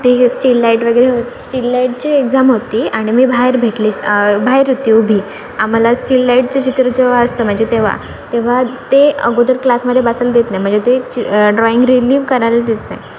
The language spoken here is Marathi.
ती स्टील लाईट वगैरे होती स्टील लाईटची एक्झाम होती आणि मी बाहेर भेटले बाहेर होती उभी आम्हाला स्टील लाईटचं चित्र जेव्हा असतं म्हणजे तेव्हा तेव्हा ते अगोदर क्लासमध्ये बसायला देत नाही म्हणजे ते चि ड्रॉइंग रिलीव्ह करायला देत नाहीत